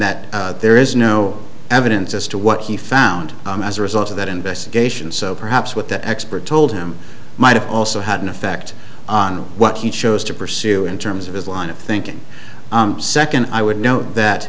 that there is no evidence as to what he found as a result of that investigation so perhaps what the expert told him might have also had an effect on what he chose to pursue in terms of his line of thinking second i would know that